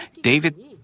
David